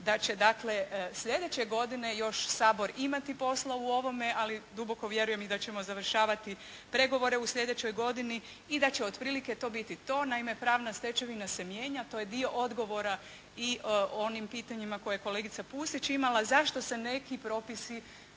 da će dakle sljedeće godine još Sabor imati posla u ovome, ali duboko vjerujem i da ćemo završavati pregovore u sljedećoj godini i da će otprilike to biti to. Naime pravna stečevina se mijenja, to je dio odgovora i onim pitanjima koje je kolegica Pusić imala, zašto se neki propisi